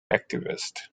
activist